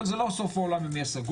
אבל זה לא סוף העולם אם הוא יהיה סגור.